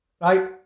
Right